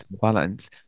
balance